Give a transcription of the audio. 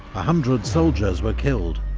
hundred soldiers were killed.